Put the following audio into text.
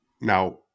Now